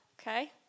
okay